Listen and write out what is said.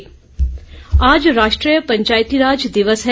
पंचायराज दिवस आज राष्ट्रीय पंचातराज दिवस है